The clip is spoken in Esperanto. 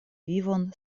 vivon